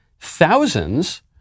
thousands